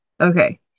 Okay